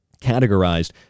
categorized